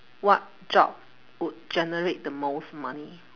what job would generate the most money